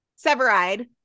Severide